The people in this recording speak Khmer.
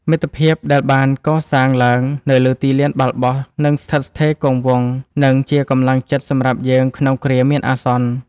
មិត្តភាពដែលបានសាងឡើងនៅលើទីលានបាល់បោះនឹងស្ថិតស្ថេរគង់វង្ស និងជាកម្លាំងចិត្តសម្រាប់យើងក្នុងគ្រាមានអាសន្ន។